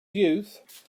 youth